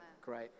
Great